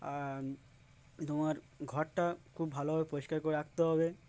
আর তোমার ঘরটা খুব ভালোভাবে পরিষ্কার করে রাখতে হবে